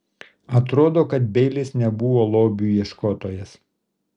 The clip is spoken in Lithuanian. atrodo kad beilis nebuvo lobių ieškotojas